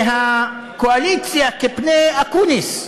והקואליציה כפני אקוניס.